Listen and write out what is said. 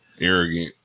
arrogant